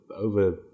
over